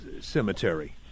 cemetery